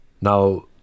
now